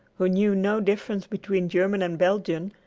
who knew no difference between german and belgian,